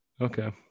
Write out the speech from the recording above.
Okay